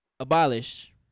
abolish